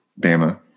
Bama